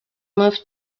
moved